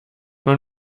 man